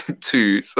two